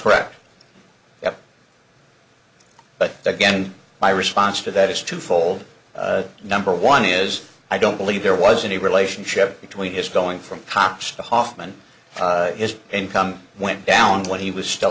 correct yes but again my response to that is twofold number one is i don't believe there was any relationship between his going from cops to hoffman is income went down when he was still